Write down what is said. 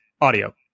audio